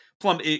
Plum